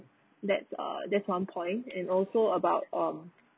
that's err that's one point and also about um